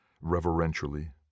reverentially